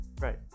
Right